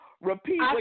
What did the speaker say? Repeat